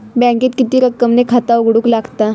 बँकेत किती रक्कम ने खाता उघडूक लागता?